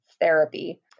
therapy